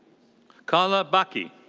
carla baky.